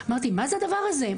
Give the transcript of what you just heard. אמרתי מה זה הדבר הזה,